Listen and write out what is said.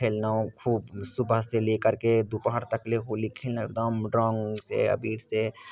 खेललहुँ खूब सुबहसँ लेकरके दुपहर तकले होली खेललहुँ एकदम रङ्गसँ अबीरसँ